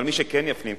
אבל מי שכן יפנים,